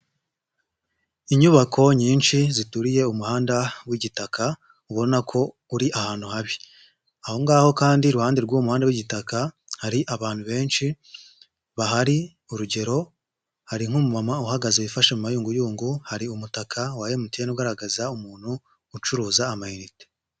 Inyubako nyinshi zituriye umuhanda w'igitaka ubona ko uri ahantu habi, aho ngaho kandi iruhande rw'uwo muhanda w'igitaka hari abantu benshi bahari urugero hari nk'umuma uhagaze wifashe mu mayunguyungu, hari umutaka wa MTN ugaragaza umuntu ucuruza amayinite.